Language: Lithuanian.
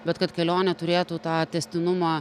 bet kad kelionė turėtų tą tęstinumą